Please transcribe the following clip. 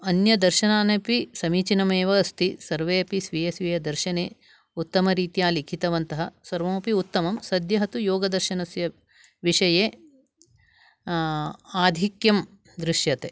अन्य दर्शनानि अपि समीचीनमेव अस्ति सर्वेपि स्वीयस्वीय दर्शने उत्तमरीत्या लिखितवन्तः सर्वमपि उत्तमं सद्यः तु योगदर्शनस्य विषये आधिक्यं दृश्यते